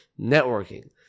Networking